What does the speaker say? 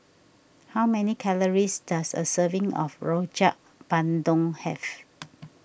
how many calories does a serving of Rojak Bandung have